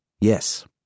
Yes